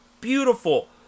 Beautiful